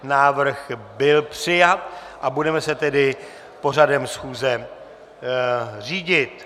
Návrh byl přijat, a budeme se tedy pořadem schůze řídit.